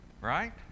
Right